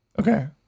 okay